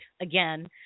again